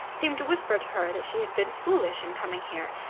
seemed to whisper to her that she had been foolish in coming here,